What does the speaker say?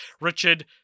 richard